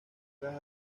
las